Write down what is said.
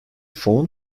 phone